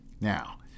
Now